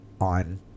on